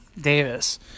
Davis